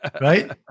right